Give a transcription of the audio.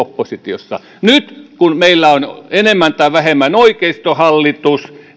oppositiossa nyt kun meillä on enemmän tai vähemmän oikeistohallitus